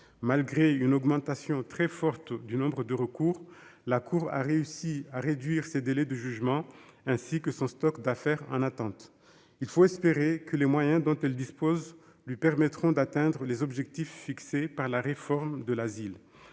Malgré une augmentation très forte du nombre de recours, la cour a réussi à réduire ses délais de jugement, ainsi que son stock d'affaires en attente. Il reste à espérer que les moyens dont elle dispose lui permettront d'atteindre les objectifs fixés par la réforme de l'asile.